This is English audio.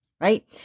right